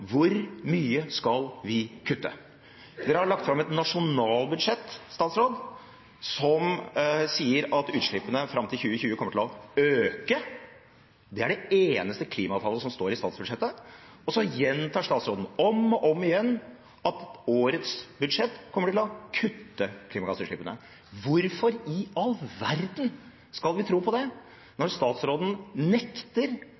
hvor mye vi skal kutte. Regjeringen har lagt fram et nasjonalbudsjett som sier at utslippene fram til 2020 kommer til å øke. Det er det eneste klimatallet som står i statsbudsjettet. Og så gjentar statsråden om og om igjen at årets budsjett kommer til å kutte klimagassutslippene. Hvorfor i all verden skal vi tro på det,